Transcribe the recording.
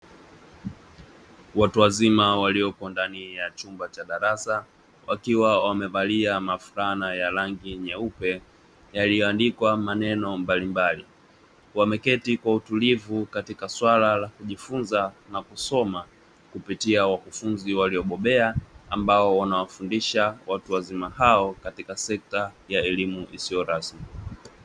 Watu wazima waliopo ndani ya chumba cha darasa wakiwa wamevalia mafulana ya rangi nyeupe, yaliyoandikwa maneno mbalimbali, wameketi kwa utulivu katika swala la kujifunza na kusoma kupitia wakufunzi waliobobea ambao wanawafundisha watu wazima hao katika sekta ya elimu isiyo rasmi.